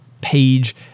page